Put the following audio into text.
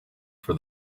for